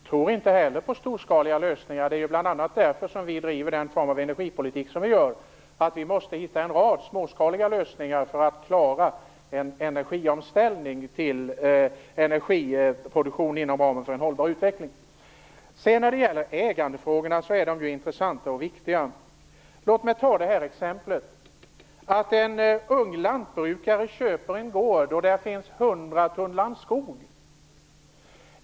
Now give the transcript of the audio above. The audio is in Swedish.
Herr talman! Jag tror inte heller på storskaliga lösningar. Det är bl.a. därför som vi driver den form av energipolitik som vi gör. Vi måste hitta en rad småskaliga lösningar för att klara energiomställningen till en energiproduktion inom ramen för en hållbar utvecklingen. Ägandefrågorna är ju intressanta och viktiga. Låt mig ta ett exempel. En ung lantbrukare köper en gård, och där finns 100 tunnland skog.